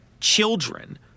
children